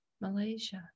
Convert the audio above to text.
Malaysia